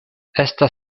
estas